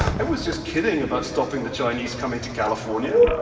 i was just kidding about stopping the chinese coming to california.